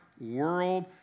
world